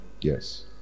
Yes